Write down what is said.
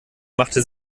machte